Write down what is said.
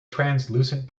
translucent